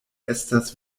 estas